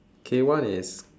k-one is